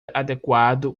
adequado